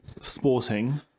sporting